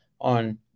on